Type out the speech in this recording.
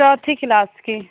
चौथी किलास की